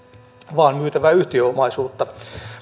vaan myytävää yhtiöomaisuutta